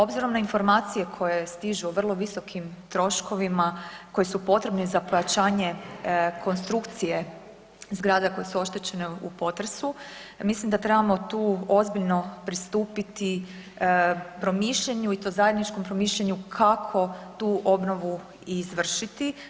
Obzirom na informacije koje stižu o vrlo visokim troškovima koji su potrebni za pojačanje konstrukcije zgrada koje su oštećene u potresu, mislim da trebamo tu ozbiljno pristupiti promišljanju i to zajedničkom promišljanju kako tu obnovu i izvršiti.